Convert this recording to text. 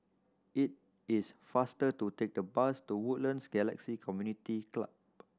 it is faster to take the bus to Woodlands Galaxy Community Club